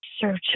Search